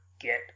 get